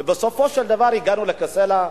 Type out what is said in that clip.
ובסופו של דבר הגענו לקסלה.